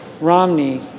Romney